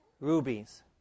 rubies